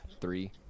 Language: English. Three